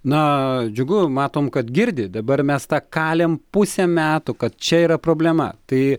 na džiugu matom kad girdi dabar mes tą kalėm pusę metų kad čia yra problema tai